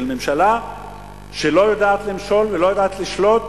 של ממשלה שלא יודעת למשול ולא יודעת לשלוט,